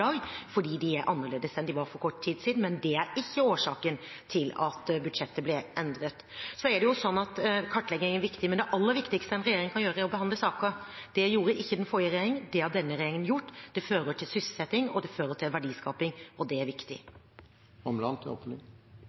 fordi de er annerledes enn de var for kort tid siden, men det er ikke årsaken til at budsjettet ble endret. Så er det jo sånn at kartlegging er viktig, men det aller viktigste en regjering kan gjøre, er å behandle saker. Det gjorde ikke den forrige regjeringen. Det har denne regjeringen gjort. Det fører til sysselsetting, og det fører til verdiskaping, og det er viktig.